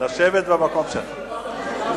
לשבת במקום שלך.